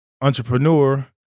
entrepreneur